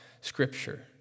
scripture